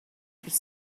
could